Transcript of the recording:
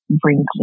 Brinkley